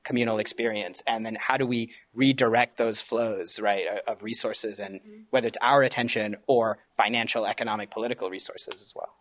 communal experience and then how do we redirect those flows right of resources and whether it's our attention or financial economic political resources as